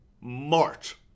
March